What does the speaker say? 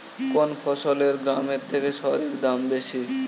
কোন ফসলের গ্রামের থেকে শহরে দাম বেশি?